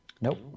Nope